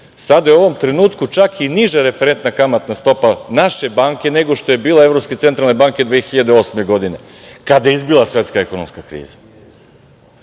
Sada je u ovom trenutku čak i niža referentna kamatna stopa naše banke nego što je bila Evropske centralne banke 2008. godine, kada je izbila svetska ekonomska kriza.